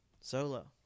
Solo